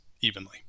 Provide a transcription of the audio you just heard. evenly